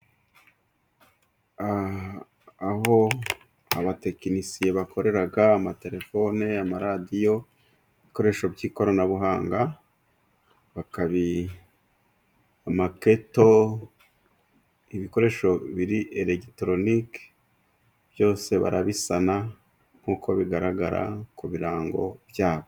Aho abatekinisiye bakorera amatelefone, amaradiyo, ibikoresho by'ikoranabuhanga, bakabi amaketo, ibikoresho biri elegitoroniki byose barabisana nkuko bigaragara ku birango byabo.